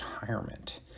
retirement